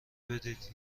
بدید